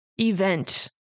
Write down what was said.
event